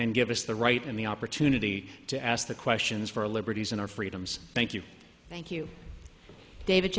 and give us the right and the opportunity to ask the questions for liberties and our freedoms thank you thank you david